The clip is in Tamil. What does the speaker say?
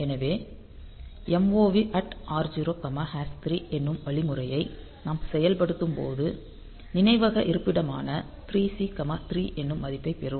எனவே MOV r0 3 என்னும் வழிமுறையை நாம் செயல்படுத்தும்போது நினைவக இருப்பிடமான 3C 3 என்னும் மதிப்பைப் பெறும்